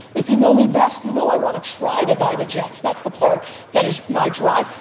if you know me best you know i want to try to buy the jets. that's the part that is my drive.